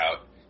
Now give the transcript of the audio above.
out